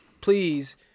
please